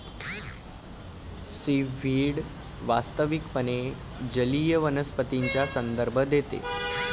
seaweed वास्तविकपणे जलीय वनस्पतींचा संदर्भ देते